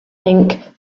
think